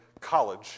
college